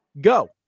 Go